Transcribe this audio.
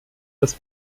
dass